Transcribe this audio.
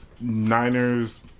Niners